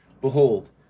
behold